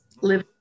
live